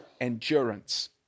endurance